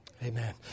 Amen